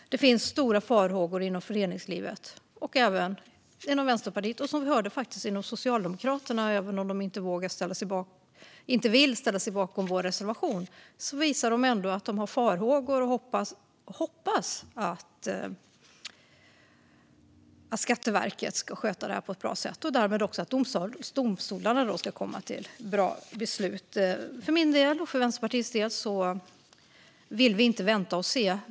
Det finns stora farhågor inom föreningslivet och även inom Vänsterpartiet. Det finns det även inom Socialdemokraterna, som vi hörde. Även om de inte vill ställa sig bakom vår reservation visar de ändå att de har farhågor i fråga om detta och hoppas att Skatteverket ska sköta detta på ett bra sätt och därmed också att domstolarna ska komma fram till bra beslut. Vi i Vänsterpartiet vill inte vänta och se.